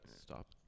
stop